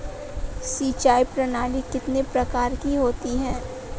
सिंचाई प्रणाली कितने प्रकार की होती है?